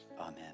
Amen